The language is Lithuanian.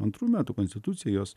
antrų metų konstitucijos